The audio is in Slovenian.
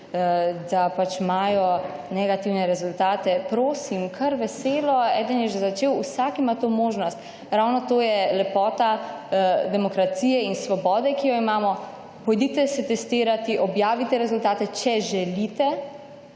da imajo negativne rezultate. Prosim, kar veselo. Eden je že začel. Vsak ima to možnost. Ravno to je lepota demokracije in svobode, ki jo imamo. Pojdite se testirati, objavite rezultate, če želite,